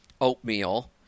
oatmeal